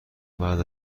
بعد